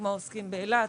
כמו העוסקים באילת,